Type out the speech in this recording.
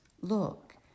Look